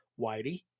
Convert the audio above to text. Whitey